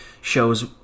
shows